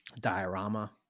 diorama